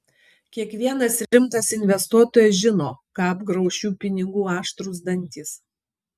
kiekvienas rimtas investuotojas žino ką apgrauš jų pinigų aštrūs dantys